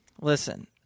listen